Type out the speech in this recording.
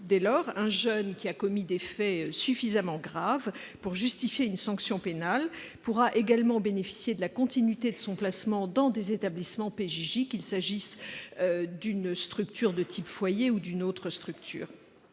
Dès lors, un jeune qui a commis des faits suffisamment graves pour justifier une sanction pénale pourra également bénéficier de la continuité de son placement dans des établissements relevant de la Protection judiciaire de la jeunesse, qu'il s'agisse d'une structure de type foyer ou d'une autre structure.